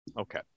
Okay